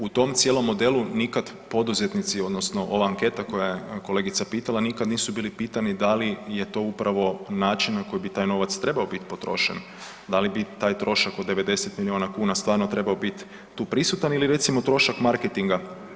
U tom cijelom modelu nikada poduzetnici odnosno ova anketa koja je kolegica pitala nikada nisu bili pitani da li je to upravo način na koji bi taj novac trebao biti potrošen, da li bi taj trošak od 90 milijuna kuna stvarno trebao biti tu prisutan ili recimo trošak marketinga.